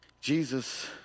Jesus